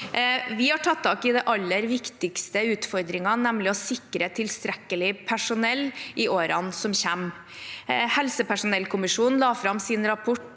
Vi har tatt tak i den aller viktigste utfordringen, nemlig å sikre tilstrekkelig med personell i årene som kommer. Helsepersonellkommisjonen la fram sin rapport